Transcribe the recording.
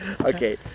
Okay